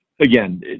again